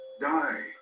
die